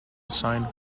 assigned